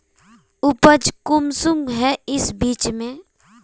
उपज कुंसम है इस बीज में?